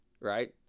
right